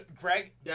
Greg